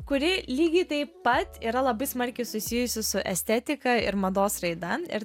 kuri lygiai taip pat yra labai smarkiai susijusi su estetika ir mados raida ir